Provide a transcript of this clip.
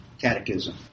Catechism